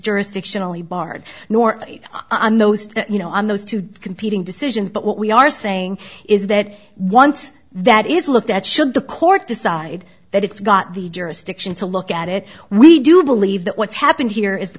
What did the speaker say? jurisdictionally barred nor on those you know on those two competing decisions but what we are saying is that once that is looked at should the court decide that it's got the jurisdiction to look at it we do believe that what's happened here i